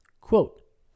Quote